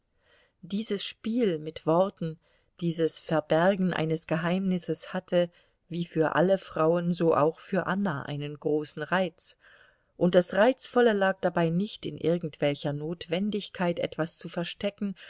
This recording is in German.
dieses spiel mit worten dieses verbergen eines geheimnisses hatte wie für alle frauen so auch für anna einen großen reiz und das reizvolle lag dabei nicht in irgendwelcher notwendigkeit etwas zu verstecken